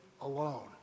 alone